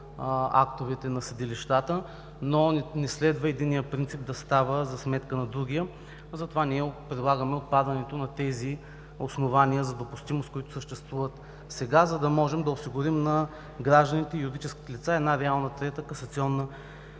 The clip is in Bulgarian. актовете на съдилищата. Не следва единният принцип да става за сметка на другия, затова ние предлагаме отпадането на тези основания за допустимост, които съществуват сега, за да можем да осигурим на гражданите и юридическите лица реална трета касационна